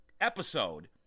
episode